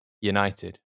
United